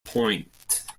point